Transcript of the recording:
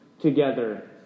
together